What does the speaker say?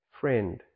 friend